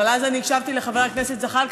אבל אז הקשבתי לחבר הכנסת זחאלקה,